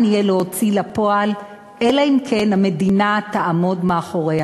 אפשר להוציא לפועל אלא אם כן המדינה תעמוד מאחוריה,